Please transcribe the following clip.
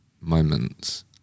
moments